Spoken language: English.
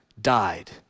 died